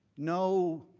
no,